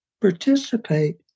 participate